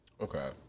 Okay